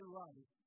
life